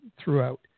throughout